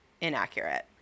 inaccurate